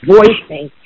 voicing